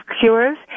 cures